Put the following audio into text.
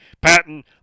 Patton